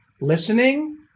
Listening